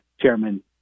chairman